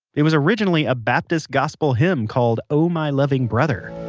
it was originally a baptist gospel hymn called oh my loving brother